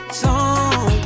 song